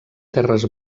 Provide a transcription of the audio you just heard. terres